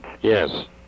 yes